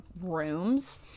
rooms